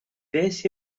beth